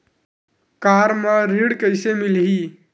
Car म ऋण कइसे मिलही?